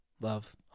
Love